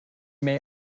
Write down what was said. may